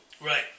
Right